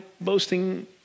boasting